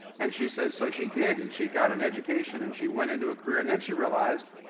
and she said, so she did, and she got an education, and she went into a career, and then she realized,